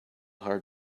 hard